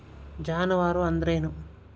ಜಾನುವಾರು ಅಂದ್ರೇನು?